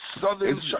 Southern